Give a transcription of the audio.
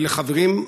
ולחברים,